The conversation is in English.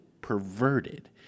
perverted